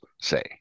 say